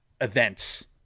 events